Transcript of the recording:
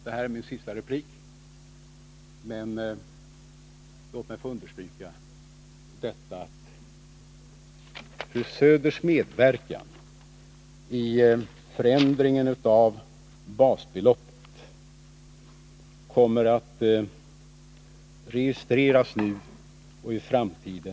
Det här är min sista replik, men låt mig få understryka att fru Söders medverkan i ändringen av basbeloppet — och detta beklagar jag — kommer att registreras nu och i framtiden.